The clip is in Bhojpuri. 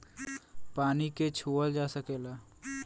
पानी के छूअल जा सकेला